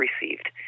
received